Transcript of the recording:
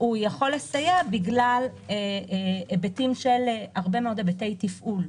הוא יכול לסייע בגלל הרבה מאוד היבטי תפעול,